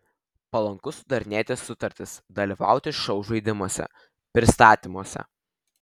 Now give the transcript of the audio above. palanku sudarinėti sutartis dalyvauti šou žaidimuose pristatymuose